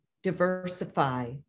diversify